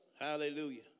Hallelujah